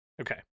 Okay